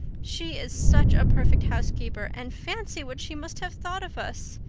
she is such a perfect housekeeper and fancy what she must have thought of us.